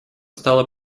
стало